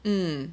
mm